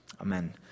Amen